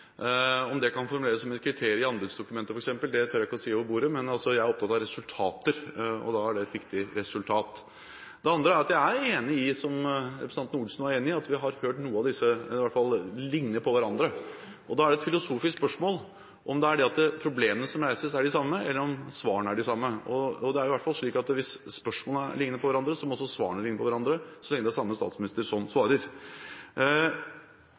Om det kan formuleres som et kriterium f.eks. i anbudsdokumenter, tør jeg ikke si over bordet, men jeg er altså opptatt av resultater, og dette er et viktig resultat. Det andre er at jeg er enig i – som representanten Olsen sa – at vi har hørt noe av dette før, eller i hvert fall noen spørsmål og svar som ligner på hverandre. Det er et filosofisk spørsmål om det er problemene som reises som er de samme, eller om det er svarene som er de samme. Det er i hvert fall slik at hvis spørsmålene ligner på hverandre, så må også svarene ligne på hverandre – så lenge det er samme statsminister som svarer!